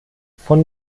von